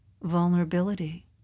vulnerability